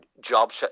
job